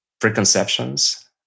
preconceptions